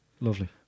Lovely